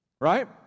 Right